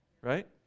right